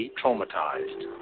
traumatized